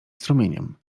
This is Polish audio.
strumieniem